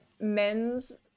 men's